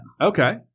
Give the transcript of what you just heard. Okay